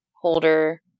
holder